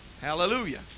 hallelujah